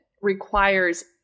requires